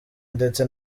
ndetse